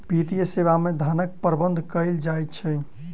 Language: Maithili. वित्तीय सेवा मे धनक प्रबंध कयल जाइत छै